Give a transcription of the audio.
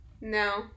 No